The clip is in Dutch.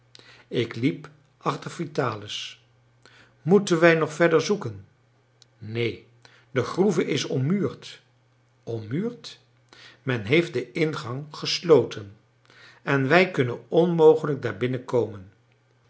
ik liep achter vitalis moeten wij nog verder zoeken neen de groeve is ommuurd ommuurd men heeft den ingang gesloten en wij kunnen onmogelijk daar